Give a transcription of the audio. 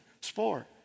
sport